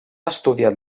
estudiat